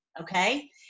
Okay